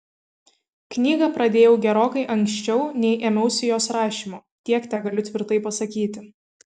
knygą pradėjau gerokai anksčiau nei ėmiausi jos rašymo tiek tegaliu tvirtai pasakyti